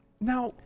Now